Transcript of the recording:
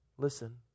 Listen